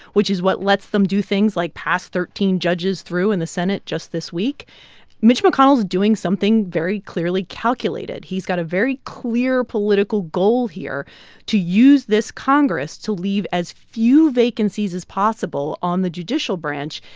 which is what lets them do things like pass thirteen judges through in the senate just this week mitch mcconnell's doing something very clearly calculated. he's got a very clear political goal here to use this congress to leave as few vacancies as possible on the judicial branch.